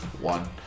one